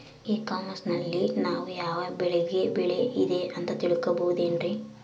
E commerce ನಲ್ಲಿ ನಾವು ಯಾವ ಬೆಳೆಗೆ ಬೆಲೆ ಇದೆ ಅಂತ ತಿಳ್ಕೋ ಬಹುದೇನ್ರಿ?